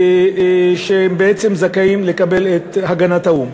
שהם בעצם זכאים לקבל את הגנת האו"ם.